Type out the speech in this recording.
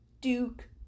Duke